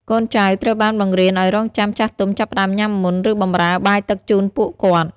កូនចៅត្រូវបានបង្រៀនឱ្យរង់ចាំចាស់ទុំចាប់ផ្តើមញ៉ាំមុន ឬបម្រើបាយទឹកជូនពួកគាត់។